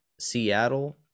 Seattle